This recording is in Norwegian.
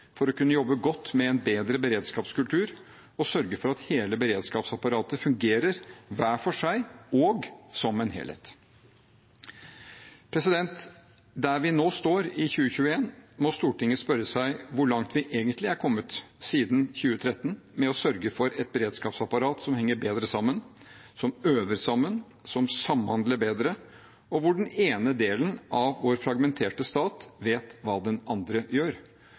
for å kunne jobbe godt med en bedre beredskapskultur og sørge for at hele beredskapsapparatet fungerer hver for seg og som en helhet. Der vi nå står i 2021, må Stortinget spørre seg hvor langt vi egentlig er kommet siden 2013 med å sørge for et beredskapsapparat som henger bedre sammen, som øver sammen, som samhandler bedre, og hvor den ene delen av vår fragmenterte stat vet hva den andre gjør.